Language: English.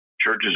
churches